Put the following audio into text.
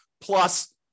plus